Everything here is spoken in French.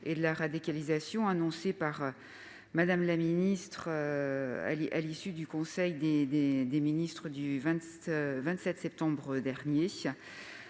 et de la radicalisation, annoncée par Mme la ministre à l'issue du conseil des ministres du 27 septembre dernier.